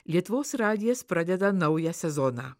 lietuvos radijas pradeda naują sezoną